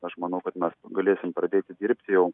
aš manau kad mes galėsim pradėti dirbti jau